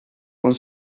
con